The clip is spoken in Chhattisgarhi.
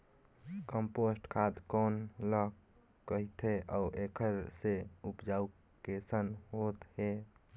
कम्पोस्ट खाद कौन ल कहिथे अउ एखर से उपजाऊ कैसन होत हे?